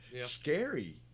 Scary